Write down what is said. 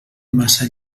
massa